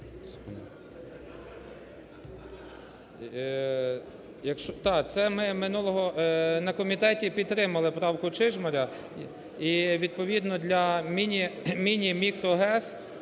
це ми минулого на комітеті підтримали правку Чижмаря і відповідно для міні-, мікро-ГЕС